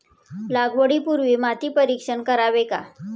लागवडी पूर्वी माती परीक्षण करावे का?